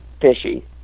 fishy